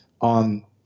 on